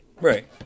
Right